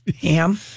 Ham